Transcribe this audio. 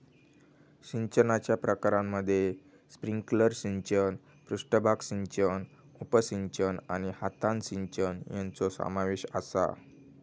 सिंचनाच्या प्रकारांमध्ये स्प्रिंकलर सिंचन, पृष्ठभाग सिंचन, उपसिंचन आणि हातान सिंचन यांचो समावेश आसा